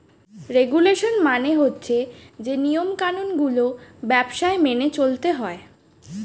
regulation মানে হচ্ছে যে নিয়ম কানুন গুলো ব্যবসায় মেনে চলতে হয়